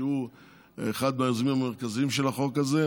שהוא אחד מהיוזמים המרכזיים של החוק הזה,